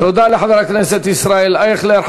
תודה לחבר הכנסת ישראל אייכלר.